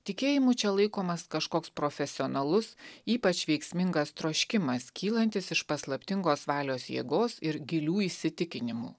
tikėjimu čia laikomas kažkoks profesionalus ypač veiksmingas troškimas kylantis iš paslaptingos valios jėgos ir gilių įsitikinimų